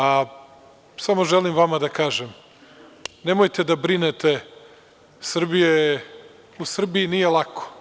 A samo želim vama da kažem, nemojte da brinete, u Srbiji nije lako.